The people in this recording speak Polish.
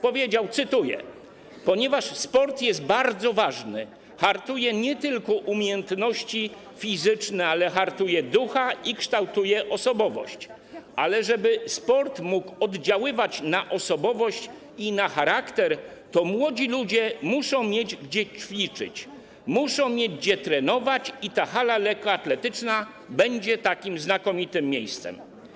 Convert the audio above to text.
Powiedział, cytuję: Ponieważ sport jest bardzo ważny, hartuje nie tylko umiejętności fizyczne, ale hartuje ducha i kształtuje osobowość, ale żeby sport mógł oddziaływać na osobowość i na charakter, to młodzi ludzie muszą mieć gdzie ćwiczyć, muszą mieć gdzie trenować i ta hala lekkoatletyczna będzie takim znakomitym miejscem.